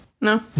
no